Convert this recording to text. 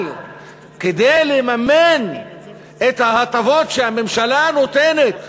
אבל כדי לממן את ההטבות שהממשלה נותנת